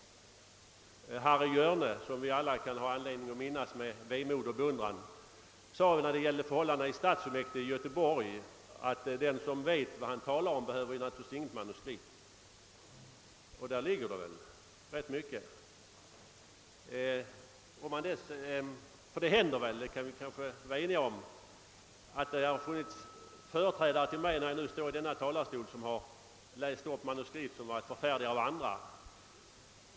Och Harry Hjörne, som vi alla har anledning att minnas med vemod och beundran, sade när det gällde förhållandena i stadsfullmäktige i Göteborg att den som vet vad han talar om naturligtvis inte behöver ha något manuskript. Det ligger rätt mycket i detta. Det har väl funnits ledamöter som från denna talarstol läst upp manuskript som varit skrivna av andra.